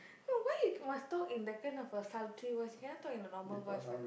no why you must talk in that kind of sultry voice cannot talk in a normal voice ah